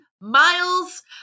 miles